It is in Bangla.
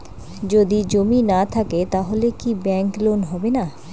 যদি জমি না থাকে তাহলে কি ব্যাংক লোন হবে না?